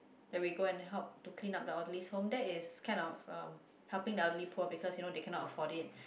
that we go and help to clean up the elderly's homes that is kind of um helping the elderly poor because you know they cannot afford it